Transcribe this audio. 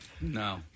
No